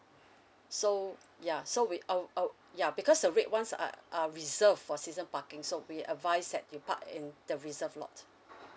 so ya so we uh uh ya because the red ones are are reserved for season parking so we advise thatt you park in the reserve lot